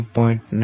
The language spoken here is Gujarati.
10